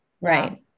right